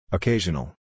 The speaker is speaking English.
Occasional